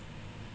ya